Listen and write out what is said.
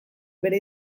beren